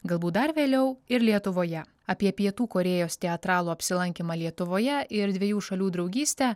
galbūt dar vėliau ir lietuvoje apie pietų korėjos teatralų apsilankymą lietuvoje ir dviejų šalių draugystę